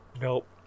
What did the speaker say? Nope